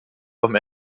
vom